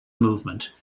movement